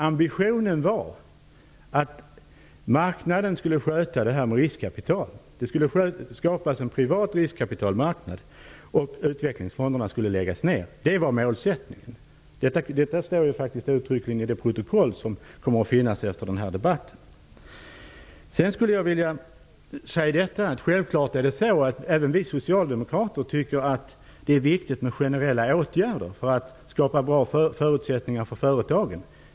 Ambitionen var alltså att det skulle skapas en privat riskkapitalmarknad och att utvecklingsfonderna skulle läggas ned. Det var målsättningen, och det kommer uttryckligen att framgå av det protokoll som kommer att finnas efter denna debatt. Självfallet tycker även vi socialdemokrater att det är viktigt med generella åtgärder för att skapa bra förutsättningar för företagen.